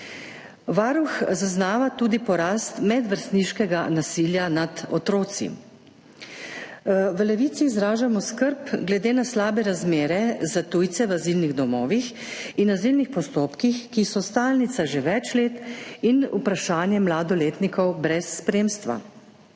Varuh zaznava tudi porast medvrstniškega nasilja nad otroki. V Levici izražamo skrb glede na slabe razmere za tujce v azilnih domovih in azilnih postopkih, ki so stalnica že več let, in vprašanje mladoletnikov brez spremstva.